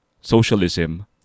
socialism